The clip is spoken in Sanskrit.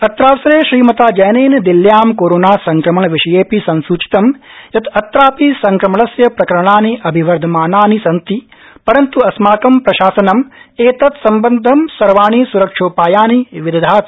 अत्रावसरे श्रीमताजैनेन दिल्यां कोरोनासंक्रमण विषयेपि सूचितं यत् अत्रापि संक्रमणस्य प्रकरणानि अभिवर्धमानानि सन्ति परन्त् अस्माकं प्रशासनं एतत्सम्बद्धं सर्वाणि सुरक्षोपायानि विदधाति